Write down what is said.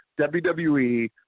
WWE